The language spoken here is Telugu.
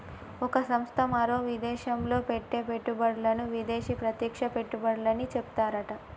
ఒక సంస్థ మరో విదేశంలో పెట్టే పెట్టుబడులను విదేశీ ప్రత్యక్ష పెట్టుబడులని చెప్తారట